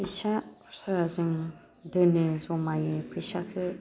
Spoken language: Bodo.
फैसा खुस्रा जों दोनो जमायो फैसाखौ